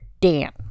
Dan